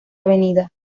avenida